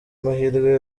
amahirwe